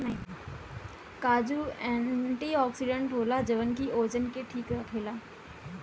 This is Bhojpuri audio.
काजू एंटीओक्सिडेंट होला जवन की ओजन के ठीक राखेला